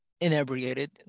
inebriated